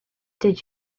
did